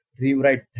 rewrite